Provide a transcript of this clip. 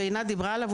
שעינת דיברה עליו,